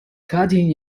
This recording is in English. cutting